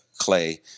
Clay